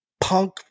punk